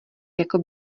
jako